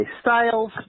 Styles